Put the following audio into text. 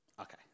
Okay